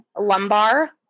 lumbar